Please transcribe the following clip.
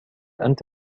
أنت